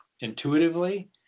intuitively